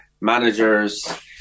managers